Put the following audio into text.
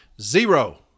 Zero